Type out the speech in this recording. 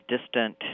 distant